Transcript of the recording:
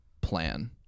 plan